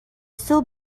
still